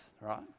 right